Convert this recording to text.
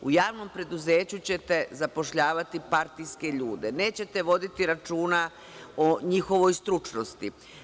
U javnom preduzeću ćete zapošljavati partijske ljude, nećete voditi računa o njihovoj stručnosti.